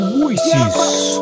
Voices